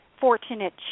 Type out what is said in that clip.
fortunate